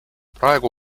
praegu